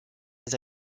les